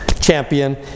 champion